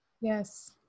Yes